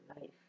life